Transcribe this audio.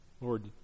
Lord